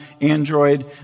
Android